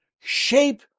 shape